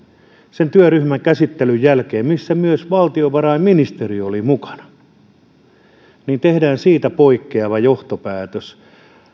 sen työryhmän käsittelyn jälkeen missä myös valtiovarainministeriö oli mukana tehdään siitä poikkeava johtopäätös